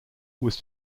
was